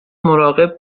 مراقب